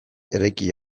eraiki